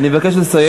אני מבקש לסיים.